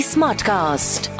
Smartcast